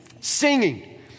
Singing